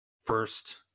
first